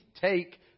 take